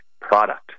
product